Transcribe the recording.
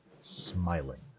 Smiling